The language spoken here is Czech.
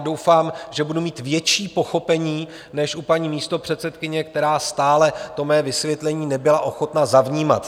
Doufám, že budu mít větší pochopení než u paní místopředsedkyně, která stále mé vysvětlení nebyla ochotna zavnímat.